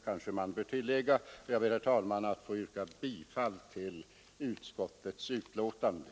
Jag ber, herr talman, att få yrka bifall till vad utskottet har hemställt.